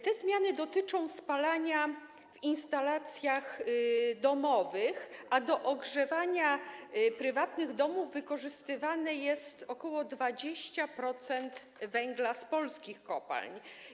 Te zmiany dotyczą spalania w instalacjach domowych, a do ogrzewania prywatnych domów wykorzystuje się ok. 20% węgla z polskich kopalń.